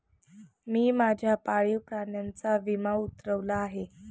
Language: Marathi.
मी माझ्या पाळीव प्राण्याचा विमा उतरवला आहे